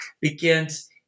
begins